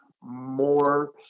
more